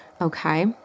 Okay